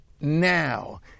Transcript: now